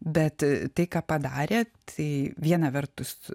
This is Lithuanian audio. bet tai ką padarė tai viena vertus